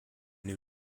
new